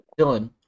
Dylan